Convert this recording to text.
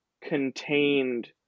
contained